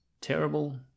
terrible